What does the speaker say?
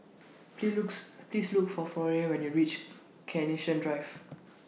Please looks Please Look For Florian when YOU REACH Carnation Drive